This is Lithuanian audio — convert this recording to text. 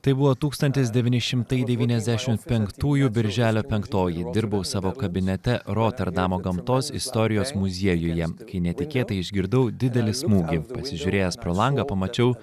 tai buvo tūkstantis devyni šimtai devyniasdešimt penktųjų birželio penktoji dirbau savo kabinete roterdamo gamtos istorijos muziejuje kai netikėtai išgirdau didelį smūgį pasižiūrėjęs pro langą pamačiau